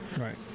Right